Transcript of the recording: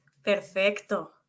Perfecto